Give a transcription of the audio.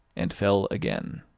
and fell again.